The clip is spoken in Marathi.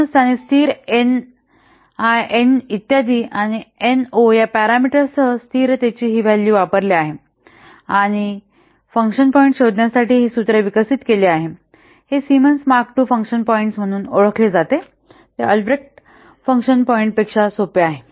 म्हणूनच त्याने स्थिर एन आय एन इ आणि एन ओ या पॅरामीटर्ससह स्थिरतेची ही व्हॅल्यू वापरली आहेत आणि फंक्शन पॉईंट्स शोधण्यासाठी हे सूत्र विकसित केले आहे हे Symons mark II function points म्हणून ओळखले जाते हे अल्ब्रेक्ट फंक्शन पॉईंटपेक्षा सोपे आहे